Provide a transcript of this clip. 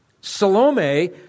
Salome